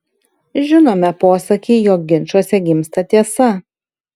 žinome posakį jog ginčuose gimsta tiesa